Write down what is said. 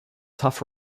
tough